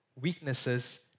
weaknesses